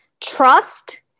trust